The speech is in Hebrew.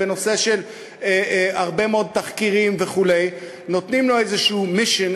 בנושא של הרבה מאוד תחקירים וכו'; נותנים לו איזה mission,